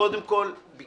קודם כל ביקשה